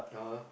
(uh huh)